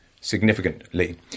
significantly